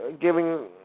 giving